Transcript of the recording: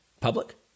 public